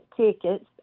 tickets